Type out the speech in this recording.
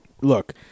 Look